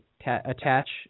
attach